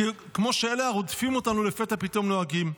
כמו שאלה הרודפים אותנו לפתע-פתאום נוהגים,